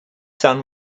son